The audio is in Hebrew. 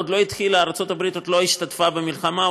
ארצות הברית עוד לא השתתפה במלחמה,